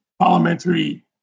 parliamentary